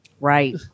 Right